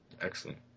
excellent